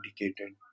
indicated